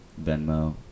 Venmo